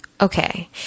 Okay